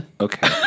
Okay